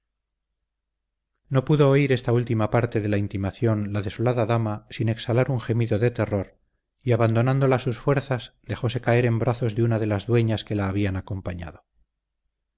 no pudo oír esta última parte de la intimación la desolada dama sin exhalar un gemido de terror y abandonándola sus fuerzas dejóse caer en brazos de una de las dueñas que la habían acompañado